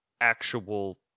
actual